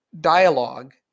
dialogue